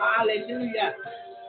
Hallelujah